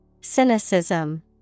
Cynicism